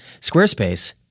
Squarespace